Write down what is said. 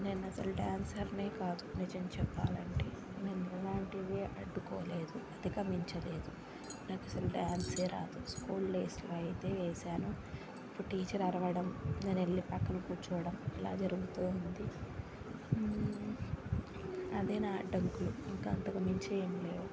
నేను అసలు డ్యాన్సర్నే కాదు నిజం చెప్పాలి అంటే నేను ఇలాంటివి అడ్డుకోలేదు అధికమించలేదు నాకు అసలు డ్యాన్సే రాదు స్కూల్ డేస్లో అయితే వేసాను ఇప్పుడు టీచర్ అరవడం నేను వెళ్ళి పక్కన కూర్చోవడం ఇలా జరుగుతూ ఉంది అదే నా అడ్డంకులు ఇక అంతకుమించి ఏమి లేవు